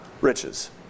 riches